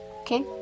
Okay